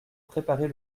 préparer